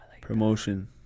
promotion